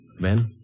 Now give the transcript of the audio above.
Ben